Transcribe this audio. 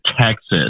Texas